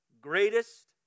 greatest